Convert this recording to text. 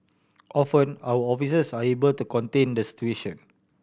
often our officers are able to contain the situation